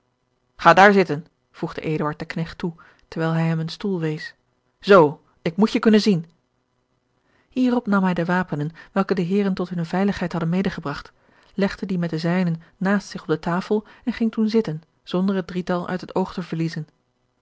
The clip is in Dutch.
ga daar zitten voegde eduard den knecht toe terwijl hij hem een stoel wees z ik moet je kunnen zien hierop nam hij de wapenen welke de heeren tot hunne veiligheid hadden medegebragt legde die met de zijnen naast zich op de tafel en ging toen zitten zonder het drietal uit het oog te verliezen